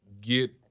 get